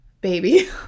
baby